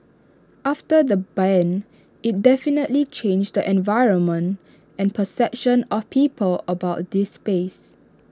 after the ban IT definitely changed the environment and perception of people about this space